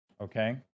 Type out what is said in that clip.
Okay